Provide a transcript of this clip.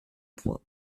point